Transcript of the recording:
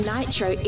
Nitro